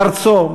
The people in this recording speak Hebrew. מארצו,